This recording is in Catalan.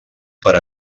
per